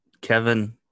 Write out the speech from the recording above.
Kevin